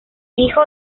hijo